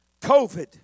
COVID